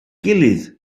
gilydd